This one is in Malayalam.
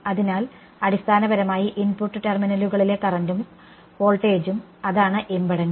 അതിനാൽ അടിസ്ഥാനപരമായി ഇൻപുട്ട് ടെർമിനലുകളിലെ കറന്റും വോൾട്ടേജും അതാണ് ഇംപെഡൻസ്